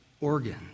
organ